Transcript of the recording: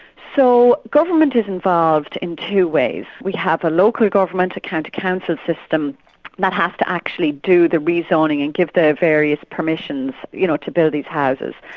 so government is involved in two ways we have a local government, a county council system that has to actually do the rezoning and give their various permissions you know to build these houses.